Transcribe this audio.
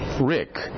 Rick